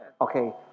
Okay